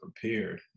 prepared